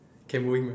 ah